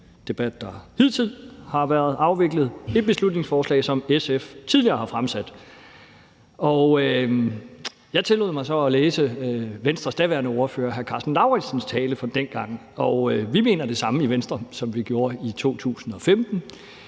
den debat, der hidtil har været afviklet, et beslutningsforslag, som SF tidligere har fremsat. Jeg tillod mig så at læse Venstres daværende ordfører, hr. Karsten Lauritzens, tale fra dengang, og vi mener det samme i Venstre, som vi gjorde i 2015,